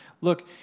look